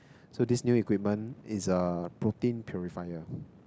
so this new equipment is a protein purifier